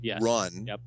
run